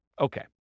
Okay